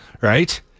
Right